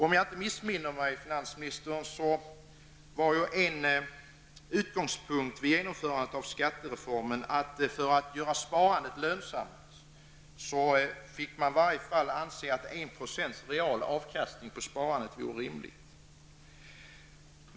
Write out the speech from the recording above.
Om jag inte missminner mig, herr statsråd, så var en utgångspunkt vid genomförandet av skattereformen att man, för att sparandet skulle bli lönsamt, i varje fall fick anse att 1 % real avkastning på sparandet är orimligt.